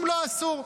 אם לא, אסור.